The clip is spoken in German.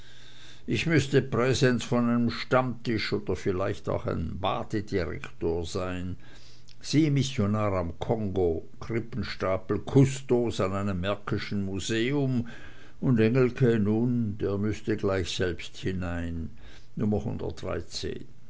ich müßte präses von einem stammtisch oder vielleicht auch ein badedirektor sein sie missionar am kongo krippenstapel kustos an einem märkischen museum und engelke nun der müßte gleich selbst hinein nummer